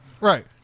Right